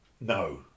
no